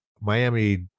Miami